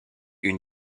une